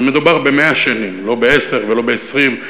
מדובר ב-100 שנים, לא בעשר ולא ב-20.